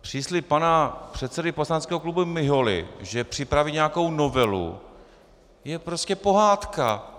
Příslib pana předsedy poslaneckého klubu Miholy, že připraví nějakou novelu, je prostě pohádka.